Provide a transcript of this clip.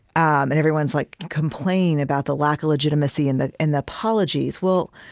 and everyone's like complaining about the lack of legitimacy in the and the apologies. well,